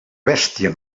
bèstia